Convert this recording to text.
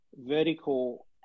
vertical